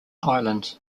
islands